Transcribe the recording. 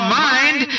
mind